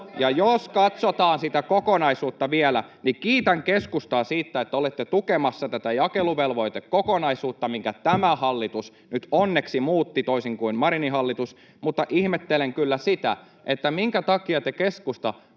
jos katsotaan sitä kokonaisuutta vielä, niin kiitän keskustaa siitä, että olette tukemassa tätä jakeluvelvoitekokonaisuutta, minkä tämä hallitus nyt onneksi muutti, toisin kuin Marinin hallitus. Mutta ihmettelen kyllä sitä, minkä takia te, keskusta,